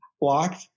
blocked